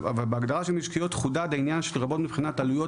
אבל בהגדרה של משקיות חודד העניין של "לרבות מבחינת העלויות",